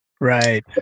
right